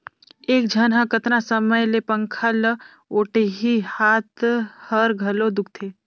एक झन ह कतना समय ले पंखा ल ओटही, हात हर घलो दुखते